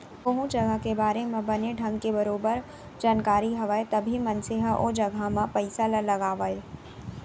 कोहूँ जघा के बारे म बने ढंग के बरोबर जानकारी हवय तभे मनसे ह ओ जघा म पइसा ल लगावय